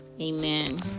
Amen